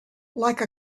like